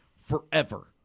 forever